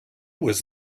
was